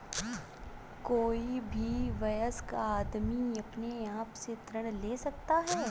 कोई भी वयस्क आदमी अपने आप से ऋण ले सकता है